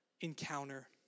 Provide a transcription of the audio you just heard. encounter